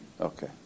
Okay